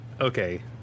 okay